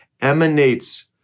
emanates